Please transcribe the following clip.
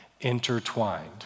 intertwined